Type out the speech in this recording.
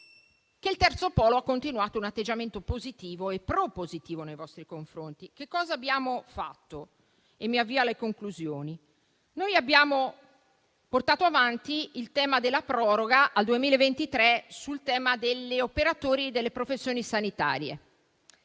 il terzo polo ha continuato un atteggiamento positivo e propositivo nei vostri confronti. Che cosa abbiamo fatto? In conclusione, abbiamo portato avanti il tema della proroga al 2023 a proposito degli operatori delle professioni sanitarie,